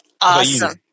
Awesome